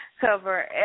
cover